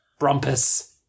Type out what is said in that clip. Brumpus